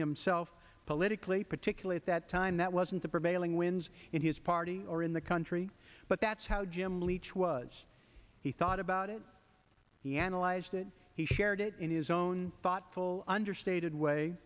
himself politically particular at that time that wasn't the prevailing winds in his party or in the country but that's how jim leach was he thought about it he analyzed it he shared it in his own thoughtful understated way